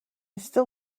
still